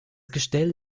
gestell